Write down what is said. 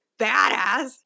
badass